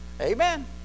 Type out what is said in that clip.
Amen